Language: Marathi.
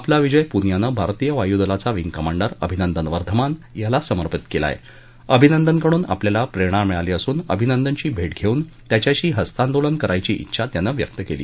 आपला विजय पुनियानं भारतीय वायूदलाचा विंग कमांडर अभिनंदन वर्धमान याला समर्पित कला आहा अभिनंदनकडून आपल्याला प्रष्णा मिळाली असून अभिनंदनची भा होऊन त्याच्याशी हस्तांदोलन करायची उछा त्यानं व्यक्त कली